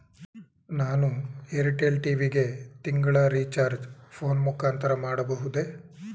ನಾನು ಏರ್ಟೆಲ್ ಟಿ.ವಿ ಗೆ ತಿಂಗಳ ರಿಚಾರ್ಜ್ ಫೋನ್ ಮುಖಾಂತರ ಮಾಡಬಹುದೇ?